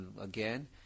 again